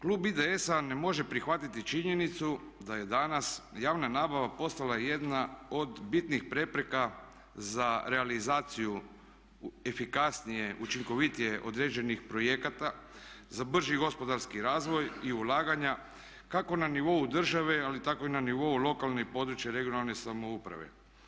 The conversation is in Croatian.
Klub IDS-a ne može prihvatiti činjenicu da je danas javna nabava postala jedna od bitnih prepreka za realizaciju efikasnije, učinkovitije određenih projekata za brži gospodarski razvoj i ulaganja kako na nivou države, ali tako i na nivou lokalne i područne (regionalne) samouprave.